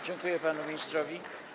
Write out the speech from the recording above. Dziękuję panu ministrowi.